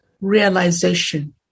realization